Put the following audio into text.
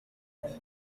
banjye